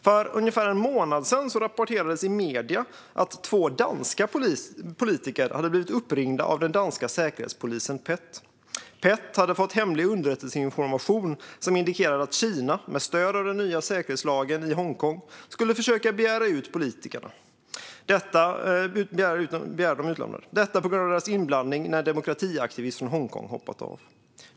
För ungefär en månad sedan rapporterades i medierna att två danska politiker blivit uppringda av den danska säkerhetspolisen PET. PET hade fått hemlig underrättelseinformation som indikerade att Kina, med stöd av den nya säkerhetslagen i Hongkong, skulle försöka begära politikerna utlämnade. Detta på grund av deras inblandning när en demokratiaktivist från Hongkong hoppat av.